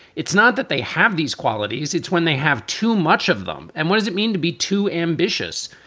it's not that they have these qualities. it's when they have too much of them. and what does it mean to be too ambitious?